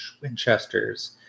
Winchesters